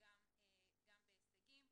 גם בהישגים.